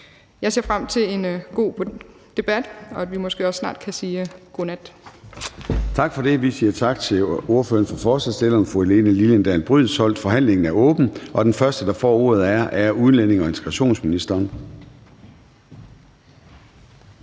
Jeg ser frem til en god debat – og at vi måske også snart kan sige godnat. Kl. 21:42 Formanden (Søren Gade): Tak for det – vi siger tak til ordføreren for forslagsstillerne, fru Helene Liliendahl Brydensholt. Forhandlingen er åbnet, og den første, der får ordet, er udlændinge- og integrationsministeren.